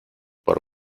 por